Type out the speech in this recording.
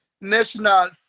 National